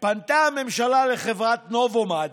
פנתה הממשלה לחברת נובמד,